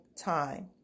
time